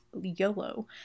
YOLO